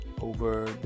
over